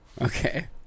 Okay